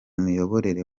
miyoborere